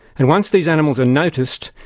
and once these animals are noticed,